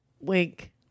wink